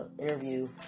interview